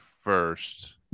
first